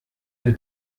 der